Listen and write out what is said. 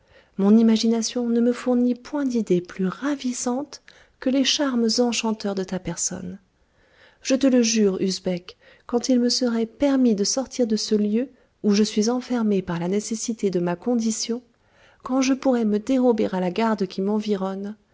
mon imagination ne me fournit point d'idée plus ravissante que les charmes enchanteurs de ta personne je te le jure usbek quand il me seroit permis de sortir de ce lieu où je suis enfermée par la nécessité de ma condition quand je pourrois me dérober à la garde qui m'environne